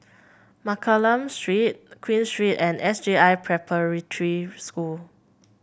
Mccallum Street Queen Street and S J I Preparatory School